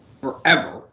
forever